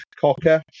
cocker